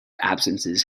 absences